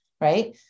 right